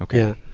yeah.